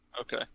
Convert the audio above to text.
Okay